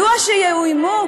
מדוע שיאוימו,